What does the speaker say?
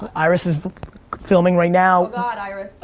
but iris is filming right now. oh god, iris.